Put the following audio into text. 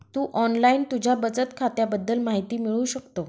तू online तुझ्या बचत खात्याबद्दल माहिती मिळवू शकतो